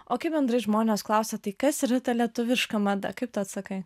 o kaip bendrai žmonės klausia tai kas yra ta lietuviška mada kaip tu atsakai